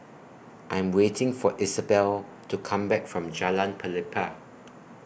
I Am waiting For Isabelle to Come Back from Jalan Pelepah